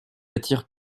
attire